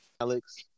Alex